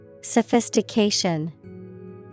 Sophistication